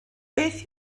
beth